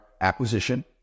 acquisition